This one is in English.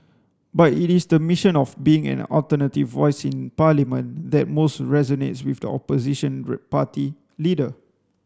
but it is the mission of being an alternative voice in Parliament that most resonates with the opposition party leader